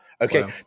Okay